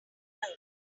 learn